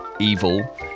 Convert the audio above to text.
evil